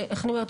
איך אני אומרת,